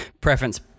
preference